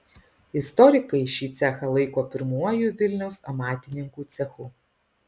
istorikai šį cechą laiko pirmuoju vilniaus amatininkų cechu